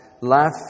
life